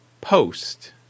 post